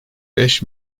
beş